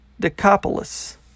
Decapolis